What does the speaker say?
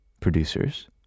producers